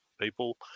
people